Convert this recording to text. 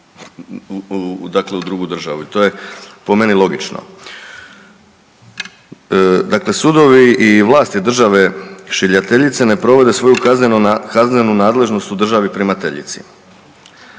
Dakle sudovi i vlasti države šiljateljice ne provode svoju kaznenu nadležnost državi primateljici,